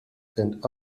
and